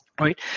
right